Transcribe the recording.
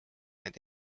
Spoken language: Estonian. need